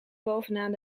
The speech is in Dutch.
bovenaan